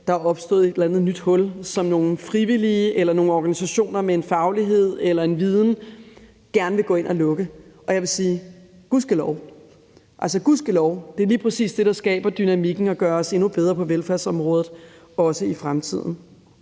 eller andet nyt hul, som nogle frivillige eller nogle organisationer med en faglighed eller en viden gerne vil gå ind at lukke. Og jeg vil sige: gudskelov. Altså, det er gudskelov lige præcis det, der skaber dynamikken og gør os endnu bedre på velfærdsområdet, også i fremtiden.